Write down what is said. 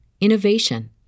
innovation